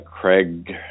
Craig